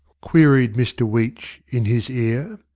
queried mr weech in his ear.